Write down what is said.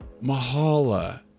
Mahala